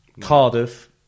Cardiff